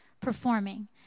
performing